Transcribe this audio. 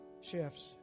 shifts